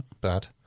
bad